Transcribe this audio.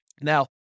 Now